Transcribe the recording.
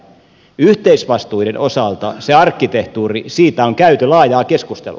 yhteisvastuiden osalta siitä arkkitehtuurista on käyty laajaa keskustelua